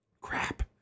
Crap